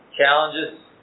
challenges